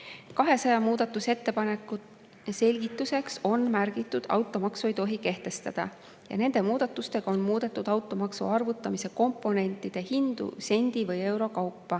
200 muudatusettepaneku selgituseks on märgitud, et automaksu ei tohi kehtestada. Nende muudatustega on muudetud automaksu arvutuse komponentide hinda sendi või euro kaupa.